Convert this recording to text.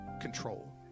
control